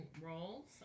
roles